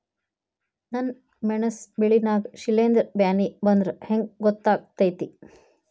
ನನ್ ಮೆಣಸ್ ಬೆಳಿ ನಾಗ ಶಿಲೇಂಧ್ರ ಬ್ಯಾನಿ ಬಂದ್ರ ಹೆಂಗ್ ಗೋತಾಗ್ತೆತಿ?